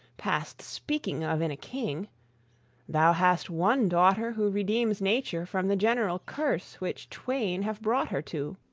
past speaking of in a king thou hast one daughter who redeems nature from the general curse which twain have brought her to.